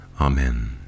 Amen